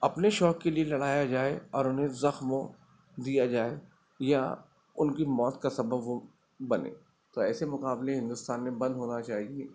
اپنے شوق کے لیے لڑایا جایا اور انہیں زخموں دیا جائے یا ان کی موت کا سبب وہ بنے تو ایسے مقابلے ہندوستان میں بند ہونا چاہیے